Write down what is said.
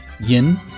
Yin